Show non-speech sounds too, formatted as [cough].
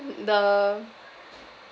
[noise] the